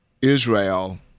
Israel